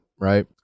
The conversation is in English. right